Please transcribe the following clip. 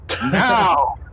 Now